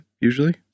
usually